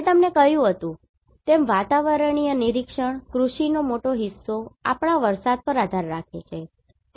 મેં તમને કહ્યું તેમ વાતાવરણીય નિરીક્ષણ કૃષિનો મોટો હિસ્સો આપણા વરસાદ પર આધાર રાખે છે બરાબર